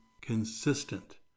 consistent